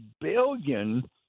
billion